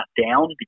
down